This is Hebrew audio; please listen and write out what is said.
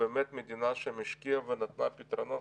באמת מדינה שמשקיעה ונתנה פתרונות.